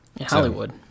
Hollywood